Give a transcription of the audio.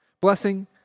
Blessing